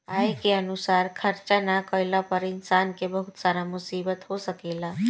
आय के अनुसार खर्चा ना कईला पर इंसान के बहुत सारा मुसीबत हो सकेला